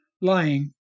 lying